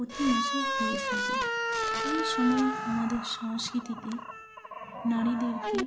প্রতি মাসে হয়ে থাকে এই সময় আমাদের সংস্কৃতিতে নারীদেরকে